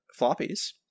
floppies